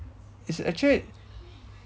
it's actually